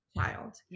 child